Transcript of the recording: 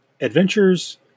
adventures